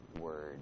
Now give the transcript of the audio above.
word